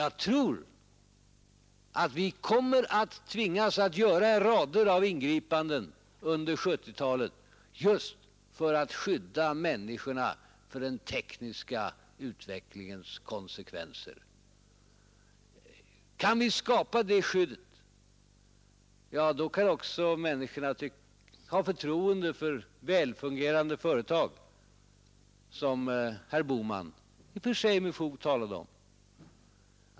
Jag tror att vi kommer att tvingas att göra rader av ingripanden under 1970-talet just för att skydda människorna för den tekniska utvecklingens konsekvenser. Om vi kan skapa det skyddet, kan också människorna ha förtroende för välfungerande företag, som herr Bohman i och för sig med fog talade om.